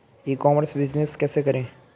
ई commerce business कैसे करें?